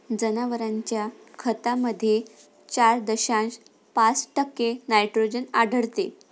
जनावरांच्या खतामध्ये चार दशांश पाच टक्के नायट्रोजन आढळतो